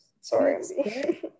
Sorry